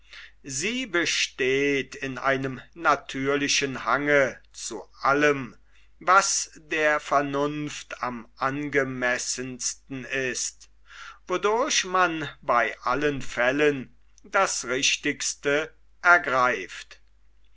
sie besteht in einem natürlichen hange zu allem was der vernunft am angemessensten ist wodurch man bei allen fällen das richtigste ergreift